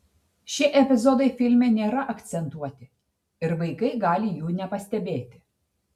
šie epizodai filme nėra akcentuoti ir vaikai gali jų nepastebėti